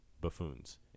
buffoons